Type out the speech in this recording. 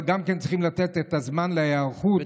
אבל גם צריכים לתת את הזמן להיערכות,